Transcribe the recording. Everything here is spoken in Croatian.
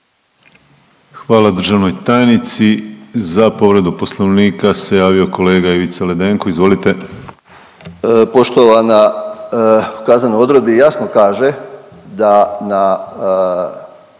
Hvala državnoj tajnici. Za povredu Poslovnika se javio kolega Ivica Ledenko. Izvolite. **Ledenko, Ivica (MOST)** Poštovana u kaznenoj odredbi jasno kaže da na